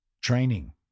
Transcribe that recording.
Training